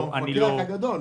אבל בנק ישראל הוא המפקח הגדול.